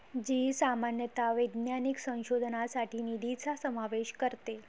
जी सामान्यतः वैज्ञानिक संशोधनासाठी निधीचा समावेश करते